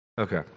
Okay